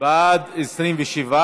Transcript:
(בזק ושידורים) (תיקון,